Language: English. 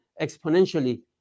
exponentially